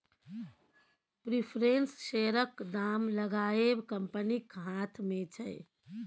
preference शेयरक दाम लगाएब कंपनीक हाथ मे छै